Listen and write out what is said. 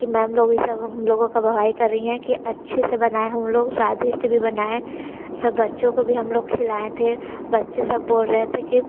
कि मैम लोग ये सब हम लोगों का वाहवाही कर रही हैं कि अच्छे से बनाए हम लोग स्वादिष्ट भी बनाए सब बच्चों को भी हम लोग खिलाए थे बच्चे सब बोल रहे थे कि